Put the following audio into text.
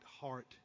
heart